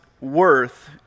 worth